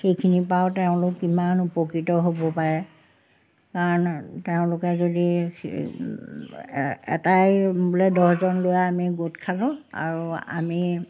সেইখিনিৰপৰাও তেওঁলোক কিমান উপকৃত হ'ব পাৰে কাৰণ তেওঁলোকে যদি এটাই বোলে দহজন ল'ৰা আমি গোট খালোঁ আৰু আমি